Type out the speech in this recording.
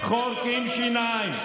חורקים שיניים.